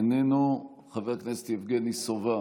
איננו, חבר הכנסת יבגני סובה,